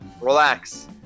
Relax